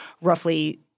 roughly